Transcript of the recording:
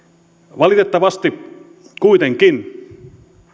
valitettavasti kuitenkin